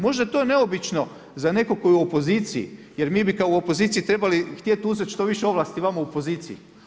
Možda je to neobično za nekog tko je u opoziciji, jer mi bi kao u opoziciji trebali htjeti uzeti što više ovlasti vama u poziciji.